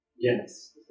Yes